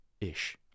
ish